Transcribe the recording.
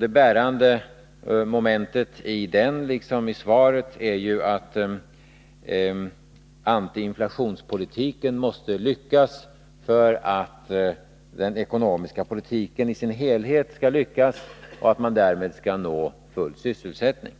Det bärande momentet i den liksom i svaret är att antiinflationspolitiken måste lyckas för att den ekonomiska politiken i sin helhet skall lyckas, så att man når full sysselsättning.